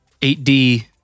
8D